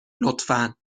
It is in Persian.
لطفا